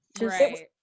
Right